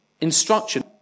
instruction